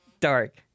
Dark